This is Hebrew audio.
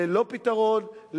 ללא פתרון,